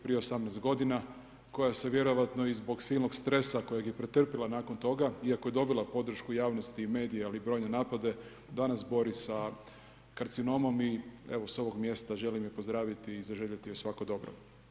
Prije 18 godina koja se vjerojatno i zbog silnog stresa kojeg je pretrpila nakon toga iako je dobila podršku javnosti i medija, ali i brojne napade danas bori sa karcinomom i evo sa ovog mjesta želim je pozdraviti i zaželjeti joj svako dobro.